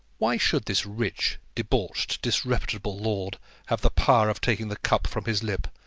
why should this rich, debauched, disreputable lord have the power of taking the cup from his lip,